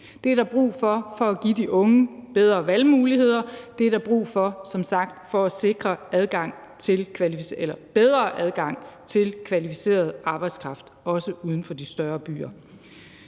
Det er der brug for for at give de unge bedre valgmuligheder, og det er der brug for for som sagt at sikre bedre adgang til kvalificeret arbejdskraft, også uden for de større byer.